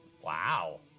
Wow